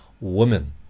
women